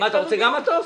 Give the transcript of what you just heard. אתה רוצה גם מטוס?